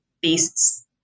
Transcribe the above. beasts